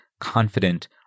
confident